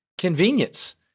Convenience